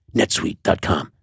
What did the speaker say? NetSuite.com